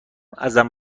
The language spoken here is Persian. ازم